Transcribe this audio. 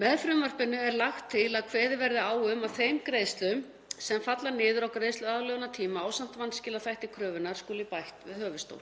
Með frumvarpinu er lagt til að kveðið verði á um að þeim greiðslum sem falla niður á greiðsluaðlögunartíma, ásamt vanskilaþætti kröfunnar, skuli bætt við höfuðstól.